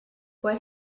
what